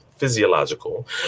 physiological